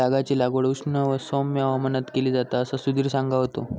तागाची लागवड उष्ण व सौम्य हवामानात केली जाता असा सुधीर सांगा होतो